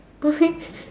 okay